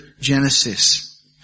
Genesis